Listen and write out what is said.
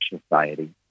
society